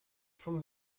from